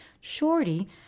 shorty